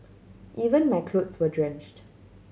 even my clothes were drenched